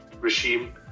regime